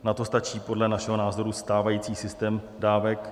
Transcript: Na to stačí podle našeho názoru stávající systém dávek.